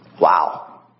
Wow